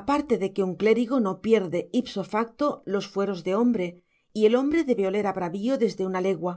aparte de que un clérigo no pierde ipso facto los fueros de hombre y el hombre debe oler a bravío desde una legua